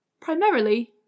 primarily